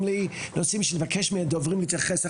לי נושאים שנבקש מדוברים להתייחס אליהם.